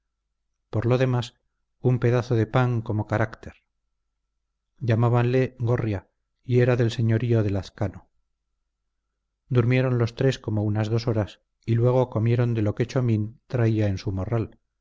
por lo demás un pedazo de pan como carácter llamábanle gorria y era del señorío de lazcano durmieron los tres como unas dos horas y luego comieron de lo que chomín traía en su morral